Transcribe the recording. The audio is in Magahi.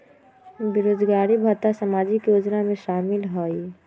बेरोजगारी भत्ता सामाजिक योजना में शामिल ह ई?